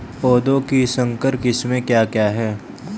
पौधों की संकर किस्में क्या क्या हैं?